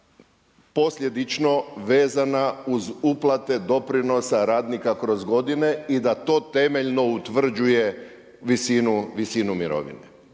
posljedično vezana uz uplate doprinosa radnika kroz godine i da to temeljno utvrđuje visinu mirovine.